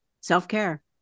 self-care